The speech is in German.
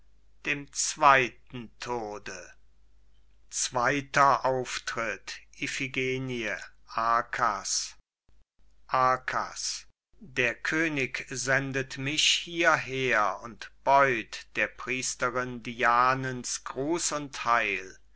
dem zweiten tode zweiter auftritt iphigenie arkas arkas der könig sendet mich hierher und beut der priesterin dianens gruß und heil